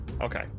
Okay